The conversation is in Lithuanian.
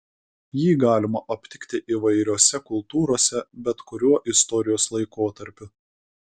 jį galima aptikti įvairiose kultūrose bet kuriuo istorijos laikotarpiu